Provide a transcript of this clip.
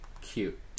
Cute